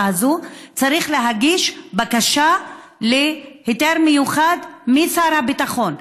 הזו צריך להגיש בקשה להיתר מיוחד משר הביטחון.